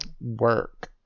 Work